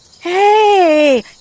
Hey